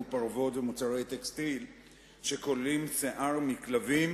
פרוות ומוצרי טקסטיל שכוללים שיער מכלבים,